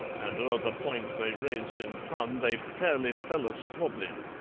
and o'er the point they raised in fun they fairly fell a-squabblin'.